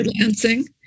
Lansing